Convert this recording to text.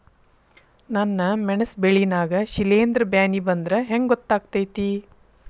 ನನ್ ಮೆಣಸ್ ಬೆಳಿ ನಾಗ ಶಿಲೇಂಧ್ರ ಬ್ಯಾನಿ ಬಂದ್ರ ಹೆಂಗ್ ಗೋತಾಗ್ತೆತಿ?